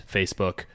Facebook